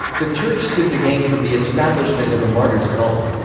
the church stood to gain from the establishment of a martyr's cult.